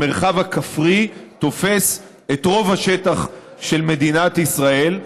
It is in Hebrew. המרחב הכפרי תופס את רוב השטח של מדינת ישראל,